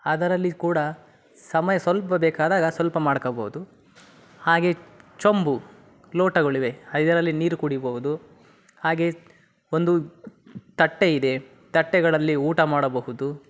ಅದರಲ್ಲಿ ಕೂಡ ಸಮಯ ಸ್ವಲ್ಪ ಬೇಕಾದಾಗ ಸ್ವಲ್ಪ ಮಾಡ್ಕೋಬೋದು ಹಾಗೇ ಚೊಂಬು ಲೋಟಗಳಿವೆ ಹ ಇದರಲ್ಲಿ ನೀರು ಕುಡೀಬಹುದು ಹಾಗೇ ಒಂದು ತಟ್ಟೆ ಇದೆ ತಟ್ಟೆಗಳಲ್ಲಿ ಊಟ ಮಾಡಬಹುದು